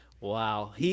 Wow